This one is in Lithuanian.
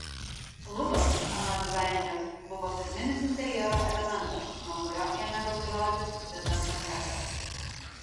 lubos anot dizainerės buvo pirminis interjero elementas nuo kurio ėmė rutuliotis visas konceptas